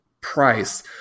price